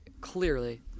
Clearly